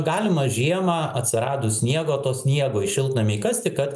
galima žiemą atsiradus sniego to sniego į šiltnamį įkasti kad